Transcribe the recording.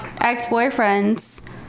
ex-boyfriends